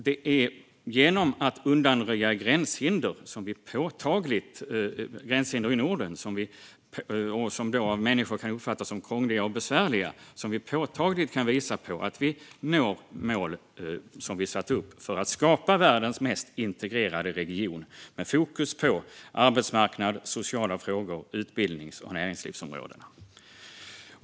Det är genom att undanröja gränshinder i Norden, som människor kan uppfatta som krångliga och besvärliga, som vi påtagligt kan visa på att vi når det mål vi satt upp: att skapa världens mest integrerade region, med fokus på arbetsmarknad, sociala frågor samt utbildnings och näringslivsområdena.